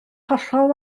hollol